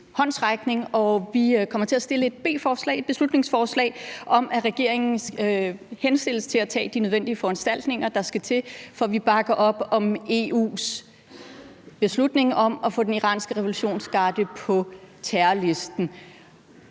Vi kommer til at fremsætte et beslutningsforslag med en henstilling til regeringen om at tage de nødvendige foranstaltninger, der skal til, for at vi bakker op om EU's beslutning om at få den iranske revolutionsgarde sat på terrorlisten.